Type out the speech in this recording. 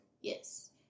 Yes